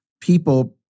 people